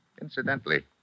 Incidentally